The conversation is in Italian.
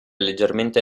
leggermente